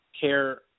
care